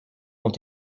ont